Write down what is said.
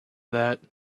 that